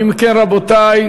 אם כן, רבותי,